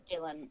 Jalen